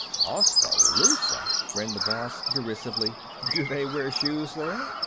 oskaloosa! grinned the boss, derisively. do they wear shoes there?